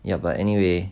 ya but anyway